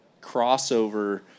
crossover